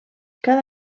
cada